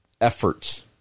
efforts